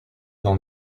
d’en